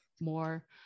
more